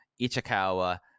Ichikawa